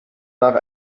nach